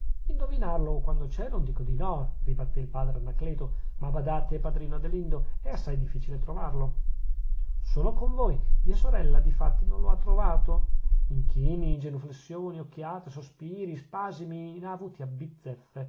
opinione indovinarlo quando c'è non dico di no ribattè il padre anacleto ma badate padrino adelindo è assai difficile trovarlo sono con voi mia sorella difatti non lo ha trovato inchini genuflessioni occhiate sospiri spasimi n'ha avuti